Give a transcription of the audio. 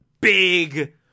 big